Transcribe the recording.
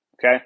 okay